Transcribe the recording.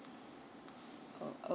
oh